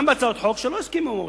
גם בהצעות חוק שלא הסכימו עם האוצר,